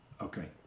Okay